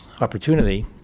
opportunity